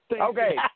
Okay